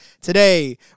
today